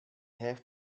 have